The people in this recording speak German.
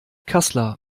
kassler